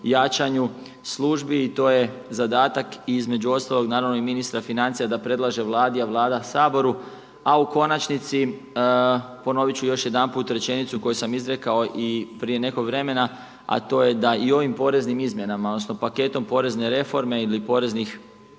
jačanju službi i to je zadatak i između ostalog naravno i ministra financija da predlaže Vladi, a Vlada Saboru, a u konačnici ponovit ću još jedanput rečenicu koju sam izrekao i prije nekog vremena, a to je da i ovim poreznim izmjenama odnosno paketom porezne reforme ili poreznih